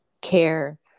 care